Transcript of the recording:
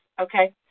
okay